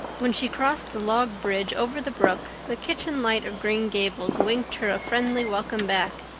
when she crossed the log bridge over the brook the kitchen light of green gables winked her a friendly welcome back,